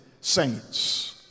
saints